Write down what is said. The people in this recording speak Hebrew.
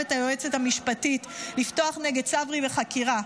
את היועצת המשפטית לפתוח נגד צברי בחקירה.